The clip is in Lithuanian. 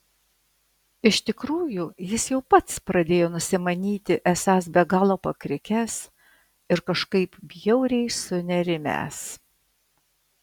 iš tikrųjų jis jau pats pradėjo nusimanyti esąs be galo pakrikęs ir kažkaip bjauriai sunerimęs